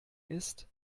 ist